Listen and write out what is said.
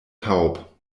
taub